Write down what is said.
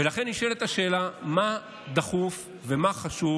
ולכן נשאלת השאלה מה דחוף ומה חשוב